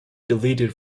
deleted